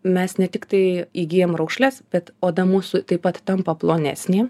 mes ne tiktai įgyjam raukšles bet oda mūsų taip pat tampa plonesnė